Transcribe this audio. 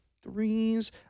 threes